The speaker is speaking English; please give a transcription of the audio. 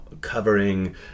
Covering